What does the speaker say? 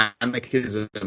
Anarchism